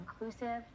inclusive